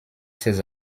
ces